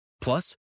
Plus